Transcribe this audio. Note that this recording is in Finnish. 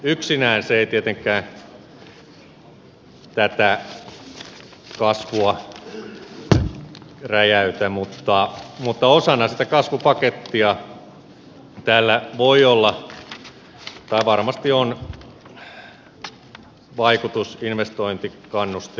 yksinään se ei tietenkään tätä kasvua räjäytä mutta osana sitä kasvupakettia tällä varmasti on vaikutus investointikannusteena